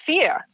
fear